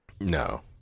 no